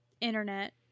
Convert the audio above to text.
internet